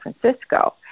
Francisco